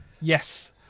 Yes